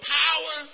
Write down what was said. power